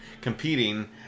competing